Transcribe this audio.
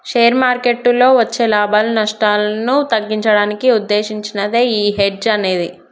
share మార్కెట్టులో వచ్చే లాభాలు, నష్టాలను తగ్గించడానికి వుద్దేశించినదే యీ హెడ్జ్ అనేది